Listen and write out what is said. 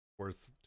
worth